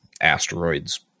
asteroids